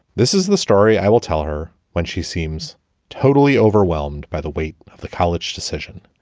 this is the story i will tell her when she seems totally overwhelmed by the weight of the college decision.